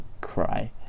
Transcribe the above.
cry